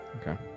Okay